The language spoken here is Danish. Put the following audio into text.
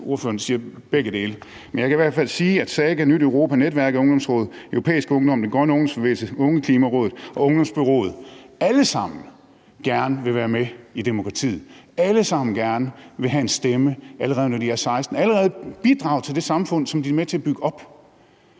Ordføreren siger begge dele. Men jeg kan i hvert fald sige, at SAGA, Nyt Europa, Netværket af Ungdomsråd, Europæisk Ungdom, Den Grønne Ungdomsbevægelse, Ungeklimarådet og Ungdomsbureauet alle sammen gerne vil være med i demokratiet. Alle sammen vil de gerne have en stemme, allerede når de er 16 år, så de kan bidrage til det samfund, som de er med til at bygge op.